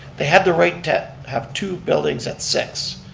they have the right to have two buildings at six.